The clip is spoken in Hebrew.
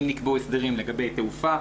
אם נקבעו הסדרים לגבי תעופה,